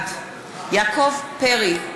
בעד יעקב פרי,